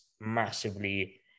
massively